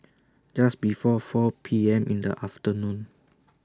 Just before four P M in The afternoon